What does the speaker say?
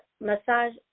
massage